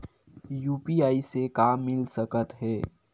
UPI से का मिल सकत हे?